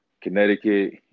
Connecticut